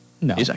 No